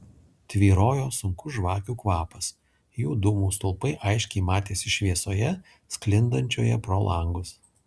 tvyrojo sunkus žvakių kvapas jų dūmų stulpai aiškiai matėsi šviesoje sklindančioje pro langus